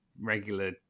regular